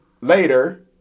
later